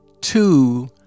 two